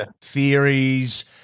theories